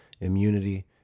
immunity